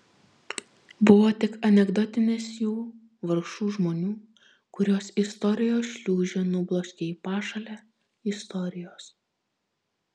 buvo tik anekdotinės jų vargšų žmonių kuriuos istorijos šliūžė nubloškė į pašalę istorijos